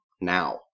now